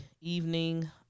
evening